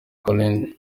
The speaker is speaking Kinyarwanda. collines